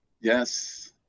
Yes